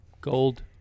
gold